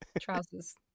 Trousers